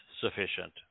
sufficient